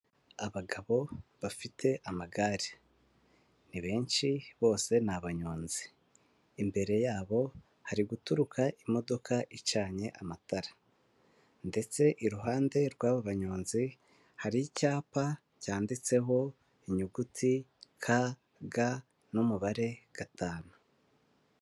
Abagabo bafite amagare, ni benshi bose ni abanyonzi, imbere yabo hari guturuka imodoka icanye amatara ndetse iruhande rw'abo banyonzi hari icyapa cyanditseho inyuguti k g n'umubare gatanu.